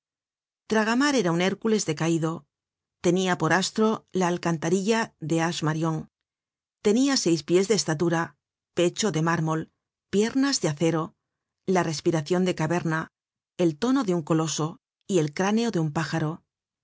montparnase traga mar era un hércules decaido tenia por astro la alcantarilla del arche marion tenia seis pies de estatura pecho de mármol piernas de acero la respiracion de caverna el tono de un coloso y el cráneo de un pájaro